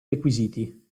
requisiti